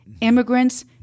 immigrants